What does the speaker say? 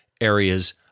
areas